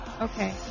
Okay